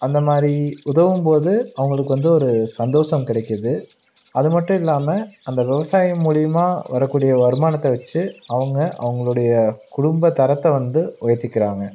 அந்த மாதிரி உதவும் போது அவங்களுக்கு வந்து ஒரு சந்தோஷம் கிடைக்கிது அது மட்டும் இல்லாமல் அந்த விவசாயம் மூலிமா வரக்கூடிய வருமானத்தை வச்சு அவங்க அவங்களுடைய குடும்ப தரத்தை வந்து உயர்த்திக்கிறாங்க